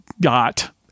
got